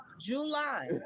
July